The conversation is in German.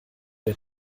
der